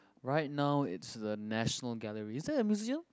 right now it's the National Galleries is that a museum